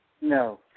No